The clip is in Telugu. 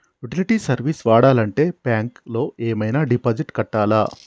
యుటిలిటీ సర్వీస్ వాడాలంటే బ్యాంక్ లో ఏమైనా డిపాజిట్ కట్టాలా?